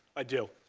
i do.